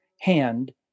hand